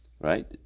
right